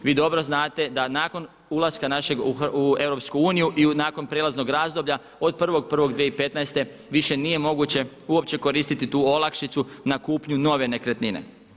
Vi dobro znate da nakon ulaska našeg u EU i nakon prijelaznog razdoblja od 1.1.2015. više nije moguće uopće koristiti tu olakšicu na kupnju nove nekretnine.